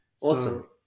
awesome